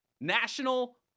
National